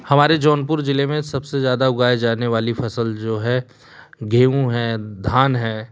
हमारे जौनपुर जिले में सबसे ज्यादा उगाये जाने वाली फसल जो है गेहूँ है धान है